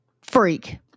freak